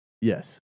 Yes